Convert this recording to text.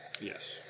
Yes